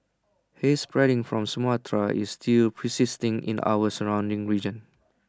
haze spreading from Sumatra is still persisting in our surrounding region